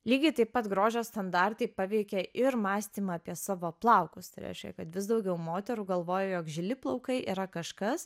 lygiai taip pat grožio standartai paveikė ir mąstymą apie savo plaukus tai reiškia kad vis daugiau moterų galvoja jog žili plaukai yra kažkas